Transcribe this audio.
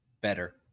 Better